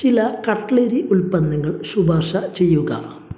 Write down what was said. ചില കട്ട്ലറി ഉൽപ്പന്നങ്ങൾ ശുപാർശ ചെയ്യുക